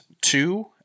two –